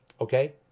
Okay